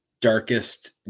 darkest